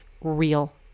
real